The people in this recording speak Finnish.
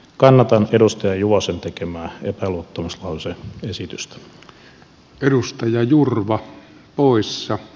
kannatan edustaja juvosen tekemää epäluottamuslause esitystä